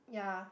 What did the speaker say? yeah